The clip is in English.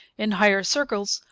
in higher circles,